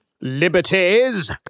Liberties